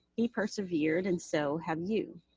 he persevered, and so have you.